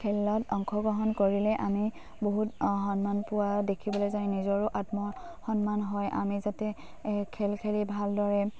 খেলত অংশগ্ৰহণ কৰিলে আমি বহুত সন্মান পোৱা দেখিবলৈ যায় নিজৰো আত্মসন্মান হয় আমি যাতে খেল খেলি ভালদৰে